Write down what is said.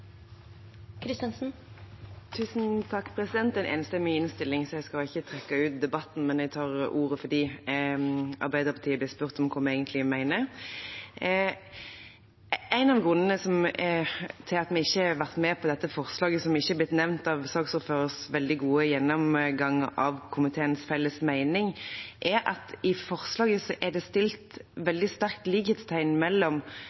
en enstemmig innstilling, så jeg skal ikke trekke ut debatten. Jeg tar ordet fordi Arbeiderpartiet ble spurt om hva vi egentlig mener. En av grunnene til at vi ikke har vært med på dette forslaget, og som ikke ble nevnt i saksordførerens veldig gode gjennomgang av komiteens felles mening, er at i forslaget er det satt et veldig sterkt likhetstegn mellom